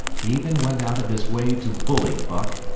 he even went out of his way to bully buck,